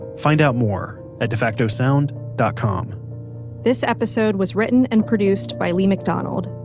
find out more at defacto sound dot com this episode was written and produced by leigh mcdonald.